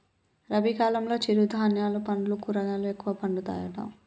రబీ కాలంలో చిరు ధాన్యాలు పండ్లు కూరగాయలు ఎక్కువ పండుతాయట